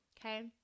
Okay